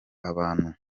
abantu